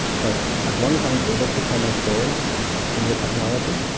but as long as i'm able to tell my story in your technology,